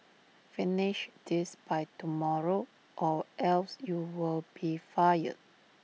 finish this by tomorrow or else you'll be fired